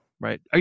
Right